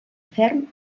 ferm